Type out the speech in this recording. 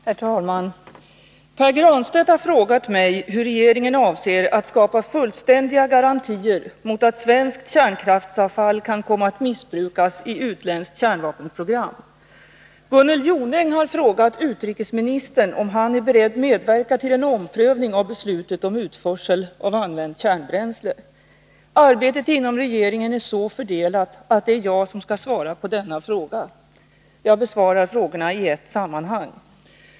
Herr talman! Pär Granstedt har frågat mig hur regeringen avser att skapa fullständiga garantier mot att svenskt kärnkraftsavfall kan komma att missbrukas i utländskt kärnvapenprogram. Gunnel Jonäng har frågat utrikesministern om han är beredd medverka till en omprövning av beslutet om utförsel av använt kärnbränsle. Arbetet inom regeringen är så fördelat att det är jag som skall svara på denna fråga. Jag besvarar frågorna i ett sammanhang.